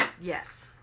Yes